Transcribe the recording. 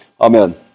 Amen